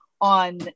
on